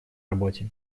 работе